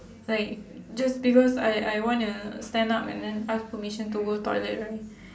like just because I I wanna stand up and then ask permission to go toilet right